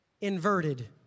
inverted